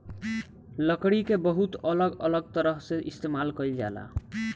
लकड़ी के बहुत अलग अलग तरह से इस्तेमाल कईल जाला